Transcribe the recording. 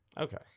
Okay